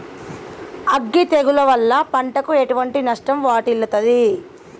అగ్గి తెగులు వల్ల పంటకు ఎటువంటి నష్టం వాటిల్లుతది?